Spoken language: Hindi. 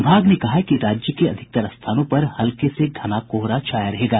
विभाग ने कहा है कि राज्य के अधिकतर स्थानों पर हल्के से घना कोहरा छाया रहेगा